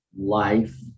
life